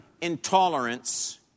intolerance